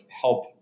help